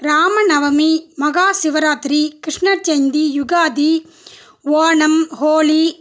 ராம நவமி மஹாசிவராத்திரி கிருஷ்ணர் ஜெயந்தி யுகாதி ஓணம் ஹோலி